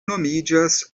nomiĝas